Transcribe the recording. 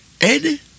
Ed